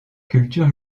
culture